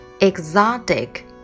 Exotic